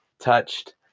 touched